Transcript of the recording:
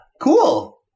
Cool